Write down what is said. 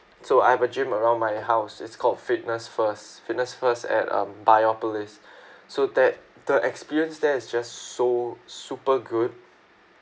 so I have a gym around my house it's called Fitness First Fitness First at um biopolis so that the experience there is just so super good